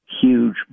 huge